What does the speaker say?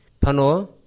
Pano